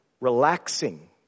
relaxing